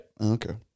Okay